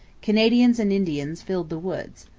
canadians and indians filled the woods.